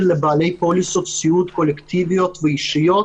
לבעלי פוליסות סיעוד קולקטיביות ואישיות,